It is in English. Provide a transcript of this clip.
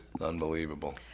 Unbelievable